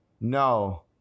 No